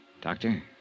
Doctor